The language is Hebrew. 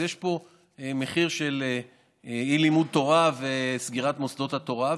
אז יש פה מחיר של אי-לימוד תורה וסגירת מוסדות התורה,